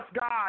God